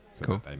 Cool